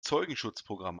zeugenschutzprogramm